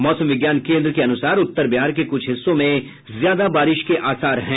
मौसम विज्ञान केन्द्र के अनुसार उत्तर बिहार के कुछ हिस्सों में ज्यादा बारिश के आसार हैं